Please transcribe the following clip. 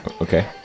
okay